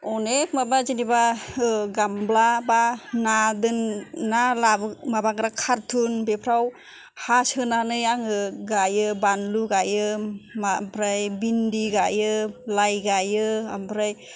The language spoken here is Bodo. गोबां माबा जेनेबा गामब्ला एबा ना दोनग्रा ना लाबोग्रा कारत'न बेफोराव हा सोनानै आङो गायो बानलु गायो ओमफ्राय भिनदि गायो लाइ गायो ओमफ्राय